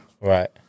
right